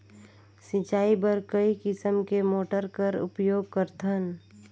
सिंचाई बर कई किसम के मोटर कर उपयोग करथन?